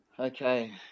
Okay